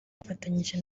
bafatanyije